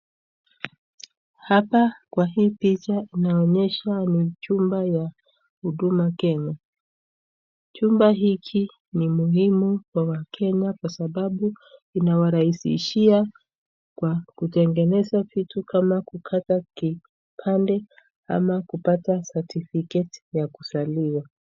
Hapa Kwa hii picha inaonyesha chumba ya huduma kenya, chumba hiki ni muhimu kwa wakenya kwa sababu inawarahisishia kwa kutengeneza vitu kama kukata kipande ama kupata satifiketi ya kuzaliwa.